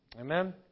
Amen